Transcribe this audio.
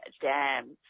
dams